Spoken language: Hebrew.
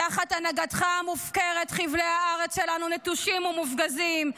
תחת הנהגתך המופקרת חבלי הארץ שלנו נטושים ומופגזים,